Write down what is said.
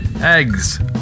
eggs